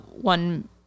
one